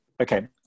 Okay